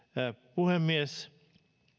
puhemies